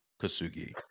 Kasugi